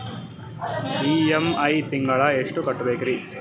EMI ತಿಂಗಳ ಎಷ್ಟು ಕಟ್ಬಕ್ರೀ?